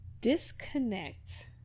disconnect